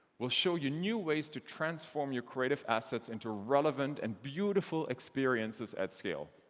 we'll show you new ways to transform your creative assets into relevant and beautiful experiences, at scale.